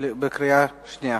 התקבלה בקריאה השנייה.